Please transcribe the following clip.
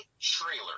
trailer